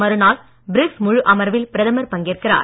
மறுநாள் பிரிக்ஸ் முழு அமர்வில் பிரதமர் பங்கேற்கிறார்